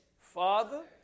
Father